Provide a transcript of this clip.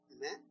Amen